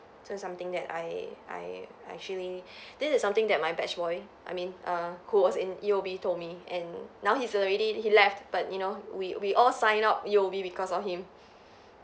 so it's something that I I I actually this is something that my batch boy I mean err who was in U_O_B told me and now he's already he left but you know we we all sign up U_O_B because of him